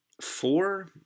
four